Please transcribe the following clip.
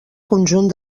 conjunt